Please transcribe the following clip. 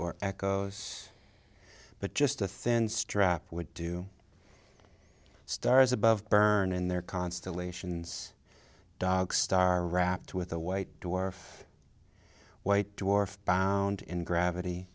or echoes but just a thin strap would do stars above burnin their constellations dog star wrapped with a white dwarf white dwarf bound in gravity